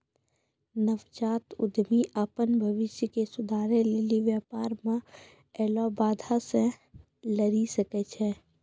नवजात उद्यमि अपन भविष्य के सुधारै लेली व्यापार मे ऐलो बाधा से लरी सकै छै